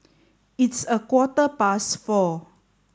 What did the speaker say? its a quarter past four